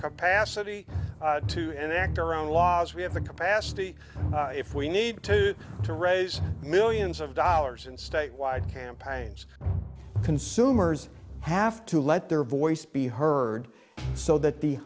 capacity to and act around laws we have the capacity if we need to raise millions of dollars and statewide campaigns consumers have to let their voice be heard so that the